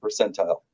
percentile